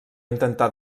intentar